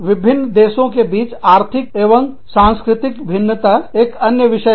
विभिन्न देशों के बीच आर्थिक एवं सांस्कृतिक भिन्नता एक अन्य विषय है